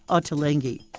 ottolenghi,